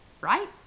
right